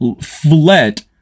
fled